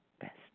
best